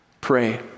Pray